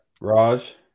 Raj